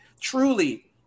truly